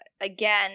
again